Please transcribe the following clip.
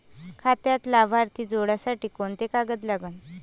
खात्यात लाभार्थी जोडासाठी कोंते कागद लागन?